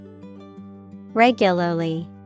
Regularly